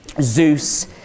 Zeus